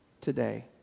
today